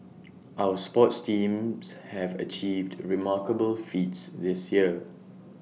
our sports teams have achieved remarkable feats this year